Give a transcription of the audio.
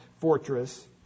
fortress